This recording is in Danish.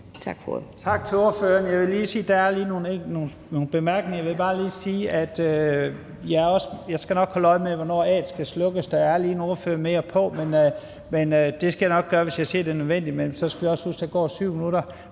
Tak til ordføreren. Der er nogle korte bemærkninger. Jeg vil bare lige sige, at jeg nok skal holde øje med, hvornår afstemninguret skal slukkes. Der er lige en ordfører mere på. Det skal jeg nok gøre, hvis jeg ser, at det er nødvendigt. Vi skal huske, at der går 7 minutter.